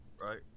right